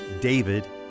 David